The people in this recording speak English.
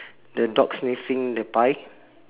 the dog's facing the pie